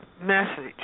message